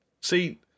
See